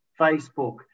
Facebook